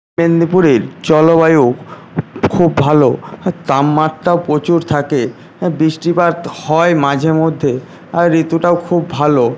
মেদিনীপুরের জলবায়ু খুব ভালো তাপমাত্রাও প্রচুর থাকে বৃষ্টিপাত হয় মাঝেমধ্যে আর ঋতুটাও খুব ভালো